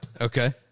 okay